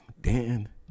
Dan